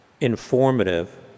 informative